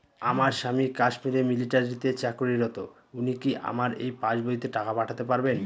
আমার স্বামী কাশ্মীরে মিলিটারিতে চাকুরিরত উনি কি আমার এই পাসবইতে টাকা পাঠাতে পারবেন?